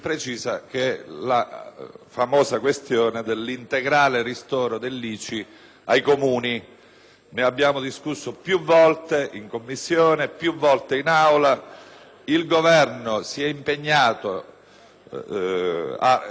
Ne abbiamo discusso piuvolte in Commissione, piu volte in Aula, il Governo si eimpegnato a restituire integralmente queste risorse ai Comuni, lo ha fatto con l’approvazione del decreto sull’ICI,